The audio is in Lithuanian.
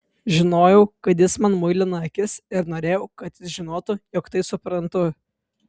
žinojau kad jis man muilina akis ir norėjau kad jis žinotų jog tai suprantu